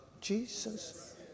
Jesus